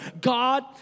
God